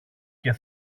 και